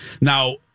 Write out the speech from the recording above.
Now